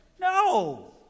No